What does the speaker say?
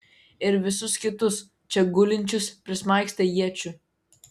ir visus kitus čia gulinčius prismaigstė iečių